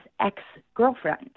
ex-girlfriend